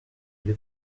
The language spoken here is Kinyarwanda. iri